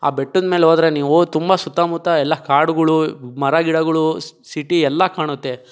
ಆ ಬೆಟ್ಟದ್ಮೇಲೆ ಹೋದರೆ ಹೋದರೆ ನೀವು ತುಂಬ ಸುತ್ತಮುತ್ತ ಎಲ್ಲ ಕಾಡುಗಳು ಮರಗಿಡಗಳು ಸಿಟಿ ಎಲ್ಲ ಕಾಣತ್ತೆ